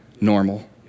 normal